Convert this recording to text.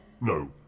No